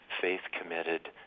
faith-committed